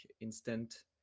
instant